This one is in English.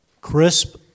crisp